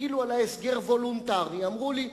כאילו על ההסגר ה"וולונטרי": אמרו לי,